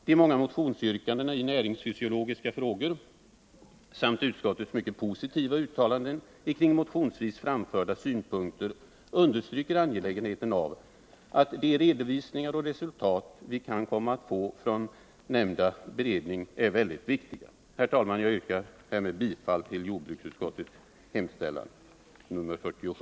De många motionsyrkandena i näringsfysiologiska frågor samt utskottets mycket positiva uttalanden om motionsvis framförda synpunkter understryker att de redovisningar och resultat som vi kan komma att få från nämnda beredning är mycket viktiga.